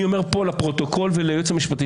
אני אומר פה לפרוטוקול וליועץ המשפטי